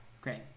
Great